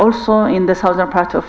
also in the southern part of